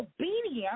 obedience